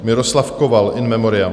Miroslav Koval, in memoriam.